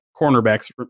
cornerbacks